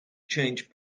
changed